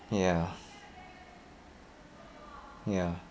ya ya